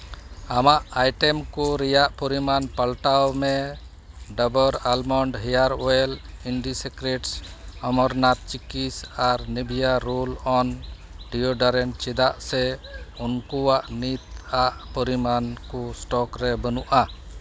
ᱟᱢᱟᱜ ᱟᱭᱴᱮᱢ ᱠᱚ ᱨᱮᱭᱟᱜ ᱯᱚᱨᱤᱢᱟᱱ ᱯᱟᱞᱴᱟᱣ ᱢᱮ ᱰᱟᱵᱚᱨ ᱟᱞᱢᱚᱱᱰ ᱦᱮᱭᱟᱨ ᱳᱭᱮᱞ ᱮᱱᱰᱤᱥᱤᱠᱨᱮᱴ ᱚᱢᱚᱨᱱᱟᱛᱷ ᱪᱤᱠᱤᱥ ᱟᱨ ᱱᱤᱵᱷᱤᱭᱟ ᱨᱳᱞ ᱚᱱ ᱰᱤᱭᱳᱰᱚᱨᱟᱱᱴ ᱪᱮᱫᱟᱜ ᱥᱮ ᱩᱱᱠᱩᱣᱟᱜ ᱱᱤᱛ ᱟᱜ ᱯᱚᱨᱤᱢᱟᱱᱠᱚ ᱥᱴᱚᱠ ᱨᱮ ᱵᱟᱹᱱᱩᱜᱼᱟ